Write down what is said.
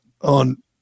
on